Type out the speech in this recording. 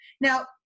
Now